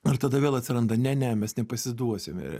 ar tada vėl atsiranda ne nu mes nepasiduosime